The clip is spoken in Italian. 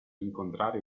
incontrare